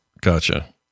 Gotcha